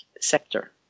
sector